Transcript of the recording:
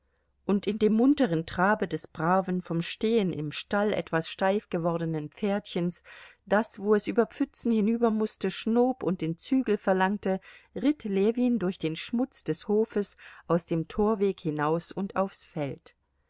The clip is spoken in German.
und in dem munteren trabe des braven vom stehen im stall etwas steif gewordenen pferdchens das wo es über pfützen hinüber mußte schnob und den zügel verlangte ritt ljewin durch den schmutz des hofes aus dem torweg hinaus und aufs feld